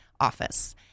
office